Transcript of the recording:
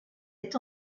est